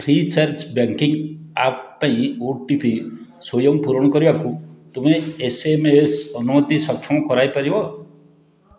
free charge banking app ପାଇଁ O T P ସ୍ଵୟଂ ପୂରଣ କରିବାକୁ ତୁମେ ଏସ୍ ଏମ୍ ଏସ୍ ଅନୁମତି ସକ୍ଷମ କରାଇପାରିବ